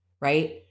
right